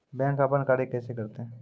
Bank अपन कार्य कैसे करते है?